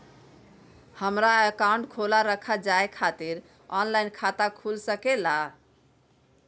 हमारा अकाउंट खोला रखा जाए खातिर ऑनलाइन खाता खुल सके ला?